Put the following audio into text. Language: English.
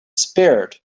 spared